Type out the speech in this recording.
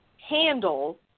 handle